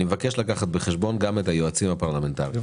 אני מבקש לקחת בחשבון גם את היועצים הפרלמנטריים.